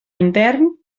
intern